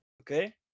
Okay